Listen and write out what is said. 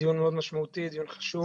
דיון מאוד משמעותי, דיון חשוב.